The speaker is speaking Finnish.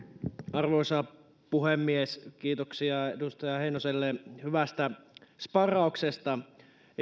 arvoisa puhemies kiitoksia edustaja heinoselle hyvästä sparrauksesta